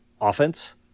offense